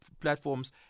platforms